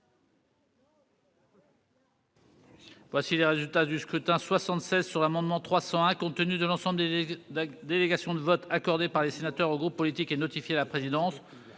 les résultats du scrutin. Voici, compte tenu de l'ensemble des délégations de vote accordées par les sénateurs aux groupes politiques et notifiées à la présidence,